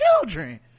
children